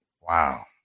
Wow